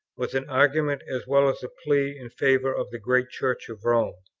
was an argument as well as a plea in favour of the great church of rome.